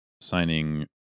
signing